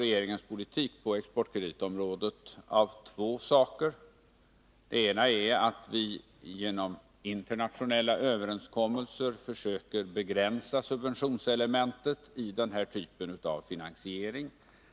Regeringens politik på exportkreditområdet präglas av två saker. Den ena är att vi genom internationella överenskommelser försöker begränsa subventionselementet i den här typen av finansiering.